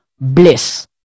bliss